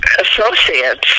associates